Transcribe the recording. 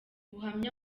buhamya